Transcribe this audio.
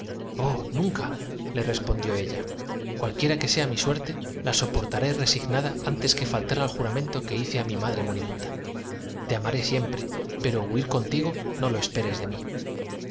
oh nuncale respondió ella cualquiera que sea mi suerte la soportaré resignada antes que faltar al juramento que hice á mi madre moribunda te ama ré siempre pero huir contigo no lo esperes de mí